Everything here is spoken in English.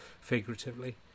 figuratively